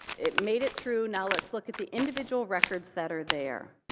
it made it through. now let's look at the individual records that are there.